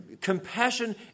compassion